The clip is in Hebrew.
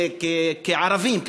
כערבים,